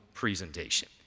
presentation